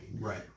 Right